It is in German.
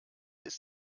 ist